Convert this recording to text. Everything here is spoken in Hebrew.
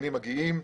המפגינים מגיעים,